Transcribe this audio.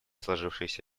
сложившейся